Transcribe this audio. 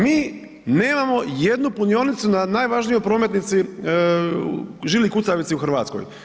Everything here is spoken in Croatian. Mi nemamo nijednu punionicu na najvažnijoj prometnici žili kucavici u Hrvatskoj.